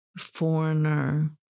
Foreigner